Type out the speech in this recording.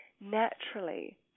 naturally